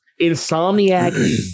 insomniac